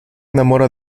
enamora